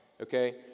Okay